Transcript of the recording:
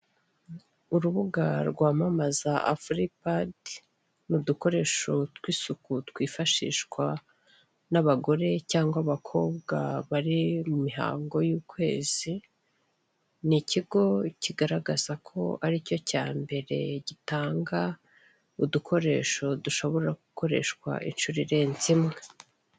Urubuga rwamamaza afuri padi ni udukoresho tw'isuku twifashishwa n'abagore cyangwa abakobwa bari mu mihango y'ukwezi, ni ikigo kigaragaza ko ari cyo cya mbere gitanga udukoresho dushobora gukoreshwa inshuro irenze imwe.